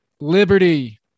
Liberty